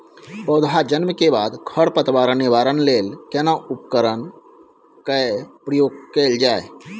पौधा जन्म के बाद खर पतवार निवारण लेल केना उपकरण कय प्रयोग कैल जाय?